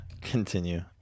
Continue